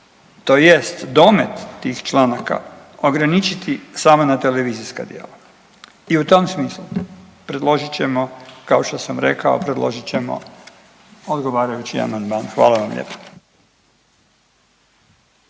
tj. domet tih članaka ograničiti samo na televizijska djela. I u tom smislu predložit ćemo kao što sam rekao, predložit ćemo odgovarajući amandman. Hvala vam lijepo.